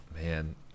man